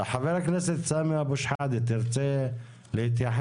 חבר הכנסת סמי אבו שחאדה, תרצה להתייחס?